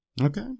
Okay